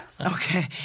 Okay